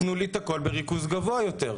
תנו לי את הכול בריכוז גבוה יותר.